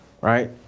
right